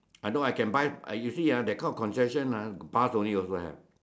I know I can buy you see ah that kind of confession ah bus only also have